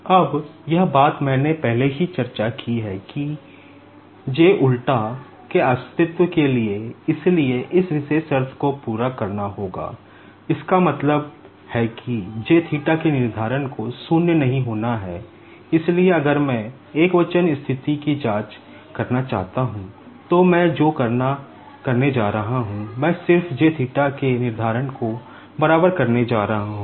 अब यह बात मैंने पहले ही चर्चा की है कि जे उलटा के निर्धारक को बराबर करने जा रहा हूं